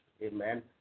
Amen